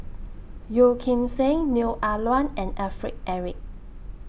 Yeo Kim Seng Neo Ah Luan and Alfred Eric